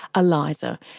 eliza,